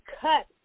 cut